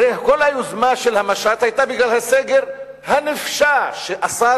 הרי כל המשט היה בגלל הסגר הנפשע שאסר